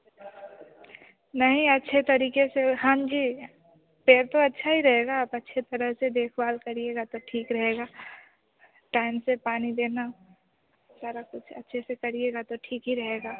नही अच्छे तरीके से हाँ जी पेड़ तो अच्छा ही रहेगा आप अच्छे तरह से देख भाल करिएगा त ठीक रहेगा टाइम से पानी देना सारा कुछ अच्छे से करिएगा तो ठीक ही रहेगा